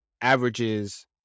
averages